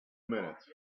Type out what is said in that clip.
minutes